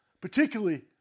Particularly